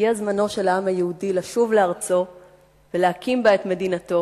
הגיע זמנו של העם היהודי לשוב לארצו ולהקים בה את מדינתו